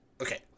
Okay